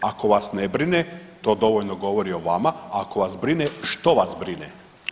Ako vas ne brine to dovoljno govori o vama, a ako vas brine što vas brine?